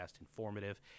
informative